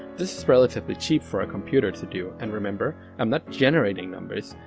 this is relatively cheap for a computer to do, and remember, i'm not generating numbers,